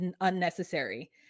unnecessary